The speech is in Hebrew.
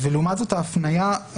לעומת זאת ההפניה,